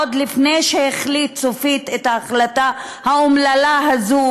עוד לפני שהוא החליט סופית את ההחלטה האומללה הזאת,